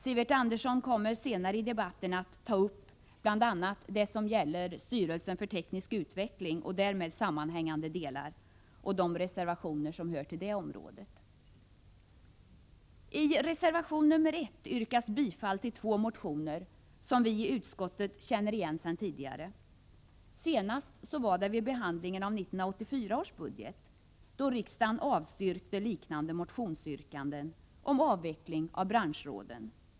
Sivert Andersson kommer senare i debatten att ta upp bl.a. det som gäller styrelsen för teknisk utveckling och därmed sammanhängande delar samt de reservationer som hör till det området. I reservation nr 1 yrkas bifall till två motioner som vi i utskottet känner igen sedan tidigare. Senast vi träffade på dem var vid behandlingen av 1984 års budget, då riksdagen avstyrkte liknande motionsyrkanden om avveckling av branschråden.